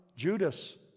Judas